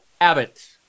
Abbott